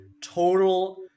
total